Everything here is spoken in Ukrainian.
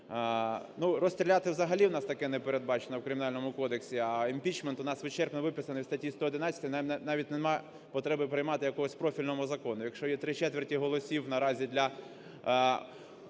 розстріляти – взагалі у нас таке не передбачено у Кримінальному кодексі, а імпічмент у нас вичерпно виписаний у статті 111, навіть немає потреби приймати якогось профільного закону. Якщо є три четверті голосів наразі для